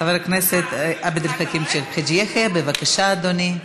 חבר הכנסת עבד אל חכים חאג' יחיא, בבקשה, אדוני,